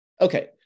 Okay